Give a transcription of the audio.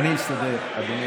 אני אסתדר, אדוני היושב-ראש.